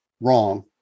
wrong